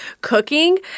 cooking